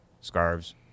Scarves